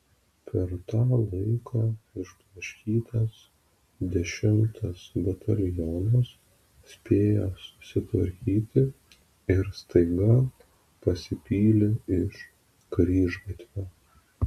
per tą laiką išblaškytas dešimtas batalionas spėjo susitvarkyti ir staiga pasipylė iš kryžgatvio